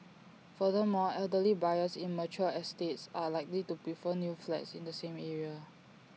furthermore elderly buyers in mature estates are likely to prefer new flats in the same area